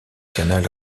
canal